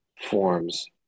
forms